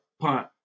punt